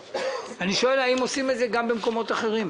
אני שואל האם עושים את זה גם במקומות אחרים.